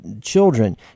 children